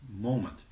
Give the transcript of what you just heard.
moment